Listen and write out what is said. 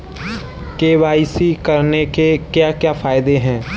KYC करने के क्या क्या फायदे हैं?